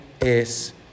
es